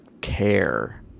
care